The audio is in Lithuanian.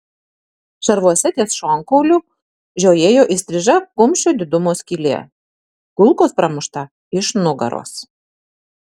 šarvuose ties šonkauliu žiojėjo įstriža kumščio didumo skylė kulkos pramušta iš nugaros